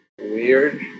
weird